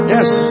Yes